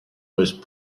most